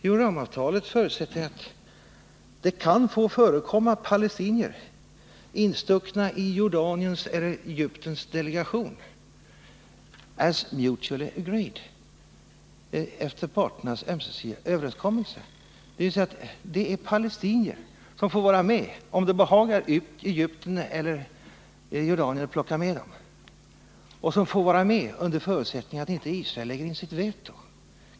Jo, ramavtalet säger att det kan få förekomma palestinier instuckna i Jordaniens eller Egyptens delegation ”as mutually agreed” — efter parternas ömsesidiga överenskommelse. Palestinierna får vara med om det behagar Egypten eller Jordanien att plocka med dem och 139 under förutsättning att Israel inte lägger in sitt veto.